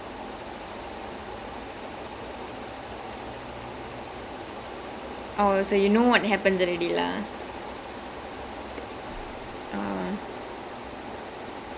oh because I heard how it ends and I'm not a fan of the way it ends and also each episode is like an hour and a half ya and each episode is so long ya